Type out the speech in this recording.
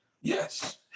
Yes